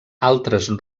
altres